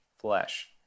flesh